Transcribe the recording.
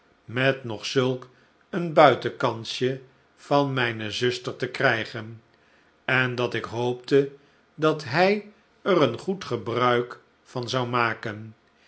met nog zulk een buitenkansje van mijne zuster te krijgen en dat ik hoopte dat hij er een goed gebruik van zou maken